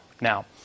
Now